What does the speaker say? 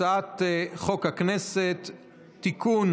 הצעת חוק הכנסת (תיקון,